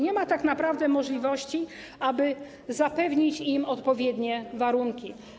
Nie ma tak naprawdę możliwości, aby zapewnić im odpowiednie warunki.